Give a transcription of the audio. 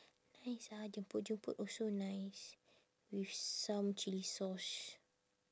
nice ah jemput-jemput also nice with some chilli sauce